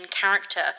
character